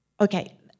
okay